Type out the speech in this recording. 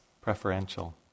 preferential